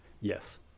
Yes